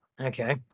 Okay